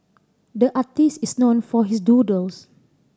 the artist is known for his doodles